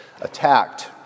attacked